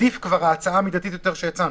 עדיף כבר ההצעה המידתית יותר שהצענו.